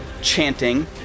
chanting